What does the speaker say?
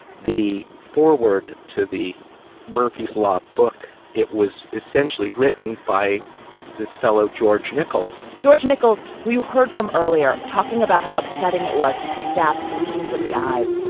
the foreword to the murphy's law book it was essentially written by this fellow, george nicoles george nichols, who you heard from earlier, talking about how upsetting it was to see stop bleeding from the eyes.